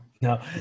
no